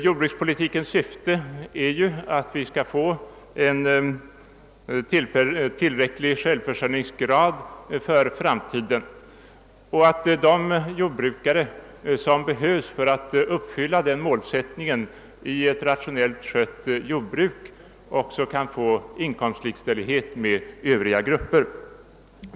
Jordbrukspolitikens syfte är väl att vi skall nå en tillräcklig självförsörjningsgrad framöver. Politiken syftar också till att de jordbrukare som behövs för att med ett rationellt skött jordbruk uppfylla den målsättningen också skall få inkomstlikställighet med övriga grupper.